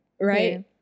Right